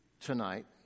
tonight